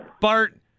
Bart